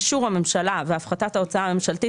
אישור הממשלה והפחתת ההוצאה הממשלתית,